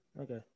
Okay